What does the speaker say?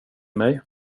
mig